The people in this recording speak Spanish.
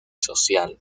social